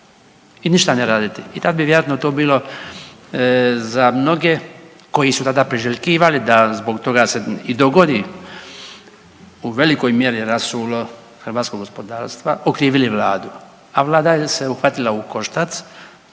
i ništa ne raditi i tad bi vjerojatno to bilo za mnoge koji su tada priželjkivali da zbog toga se i dogodi u velikoj mjeri rasulo hrvatskog gospodarstva okrivili vladu, a vlada je se uhvatila u koštac